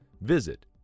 visit